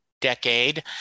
decade